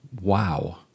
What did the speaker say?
Wow